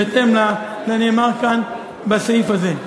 בהתאם לנאמר כאן בסעיף הזה.